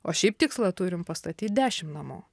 o šiaip tikslą turim pastatyt dešimt namų